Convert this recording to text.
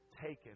taken